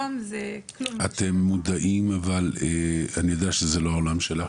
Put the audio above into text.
אני יודע שזה לא העולם שלך,